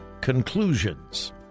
conclusions